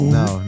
no